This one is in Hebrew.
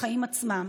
לחיים עצמם.